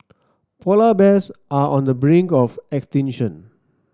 polar bears are on the brink of extinction